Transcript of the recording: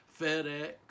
FedEx